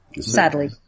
sadly